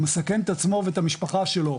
הוא מסכן את עצמו ואת המשפחה שלו.